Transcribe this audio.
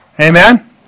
Amen